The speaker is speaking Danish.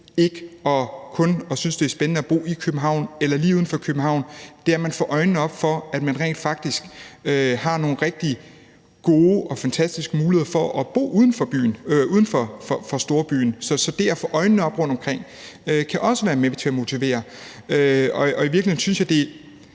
væk fra at synes, at det kun er spændende at bo i København eller lige uden for København, er, at man får øjnene op for, at man rent faktisk har nogle rigtig gode og fantastiske muligheder for at bo uden for storbyen. Så det at få øjnene op for, hvad der er rundtomkring, kan også være med til at motivere. I virkeligheden synes jeg, at det